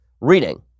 reading